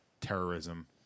terrorism